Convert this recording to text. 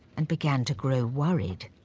and began to grow worried.